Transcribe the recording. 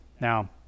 now